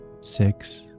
six